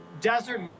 Desert